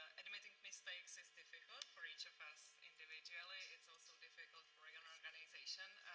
admitting mistakes is difficult for each of us individually. it's also difficult for an organization.